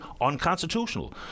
unconstitutional